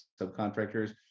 subcontractors